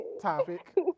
topic